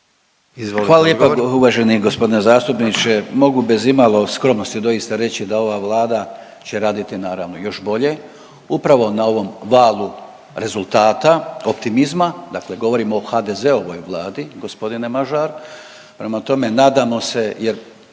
Hvala lijepo uvaženi g. zastupniče. Mogu bez imalo skromnosti doista reći da ova Vlada će raditi naravno još bolje upravo na ovom valu rezultata optimizma, dakle govorimo o HDZ-ovoj vladi g. Mažar. Prema tome, nadamo se jer